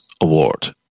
award